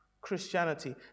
Christianity